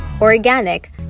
organic